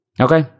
Okay